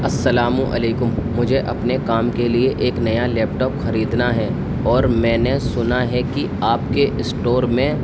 السلام علیکم مجھے اپنے کام کے لیے ایک نیا لیپ ٹاپ خریدنا ہے اور میں نے سنا ہے کہ آپ کے اسٹور میں